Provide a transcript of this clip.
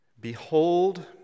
Behold